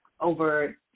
over